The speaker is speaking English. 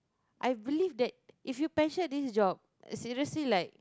I believe that if you pension this job seriously like